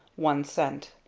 one cent.